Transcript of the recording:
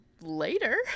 later